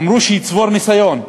אמרו: שיצבור ניסיון,